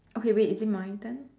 okay wait is it my turn